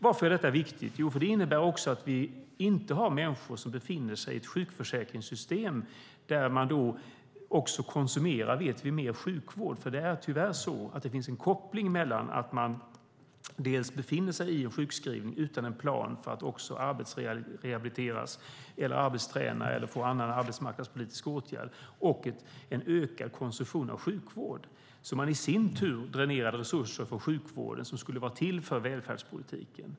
Varför är detta viktigt? Det innebär att vi inte har människor som befinner sig i ett sjukförsäkringssystem där de också konsumerar mer sjukvård. Det är tyvärr så att det finns en koppling mellan att man befinner sig i en sjukskrivning utan en plan för att arbetsrehabiliteras, arbetsträna eller få annan arbetsmarknadspolitisk åtgärd och en ökad konsumtion av sjukvård. Det innebär att man i sin tur dränerar resurser från sjukvården som är till för välfärdspolitiken.